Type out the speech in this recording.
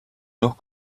noch